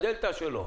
את הדלתא שלו.